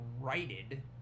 righted